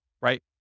right